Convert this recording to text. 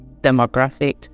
demographic